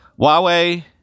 Huawei